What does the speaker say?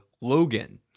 Logan